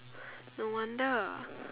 no wonder